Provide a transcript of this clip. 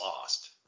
lost